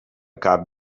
cap